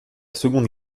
seconde